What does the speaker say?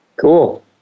Cool